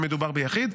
אם מדובר ביחיד,